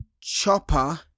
Chopper